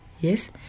yes